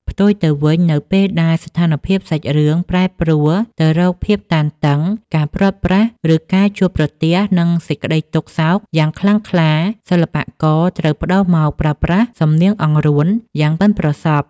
ផ្ទុយទៅវិញ នៅពេលដែលស្ថានភាពសាច់រឿងប្រែប្រួលទៅរកភាពតានតឹង ការព្រាត់ប្រាស ឬការជួបប្រទះនឹងសេចក្តីទុក្ខសោកយ៉ាងខ្លាំងក្លា សិល្បករត្រូវប្តូរមកប្រើប្រាស់ សំនៀងអង្រួន យ៉ាងប៉ិនប្រសប់។